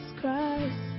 Christ